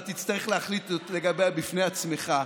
אתה תצטרך להחליט לגביה בפני עצמך,